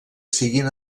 siguin